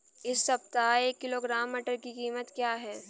इस सप्ताह एक किलोग्राम मटर की कीमत क्या है?